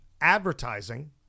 advertising